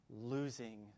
losing